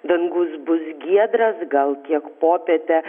dangus bus giedras gal kiek popietę